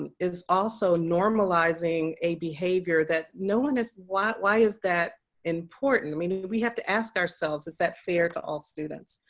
and is also normalizing a behavior that no one is why why is that important? i mean, we have to ask ourselves is that fair to all students?